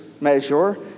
measure